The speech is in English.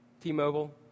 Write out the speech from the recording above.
T-Mobile